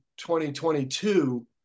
2022